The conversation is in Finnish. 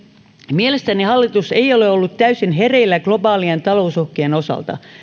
mielestäni hallitus ei ole ollut täysin hereillä globaalien talousuhkien osalta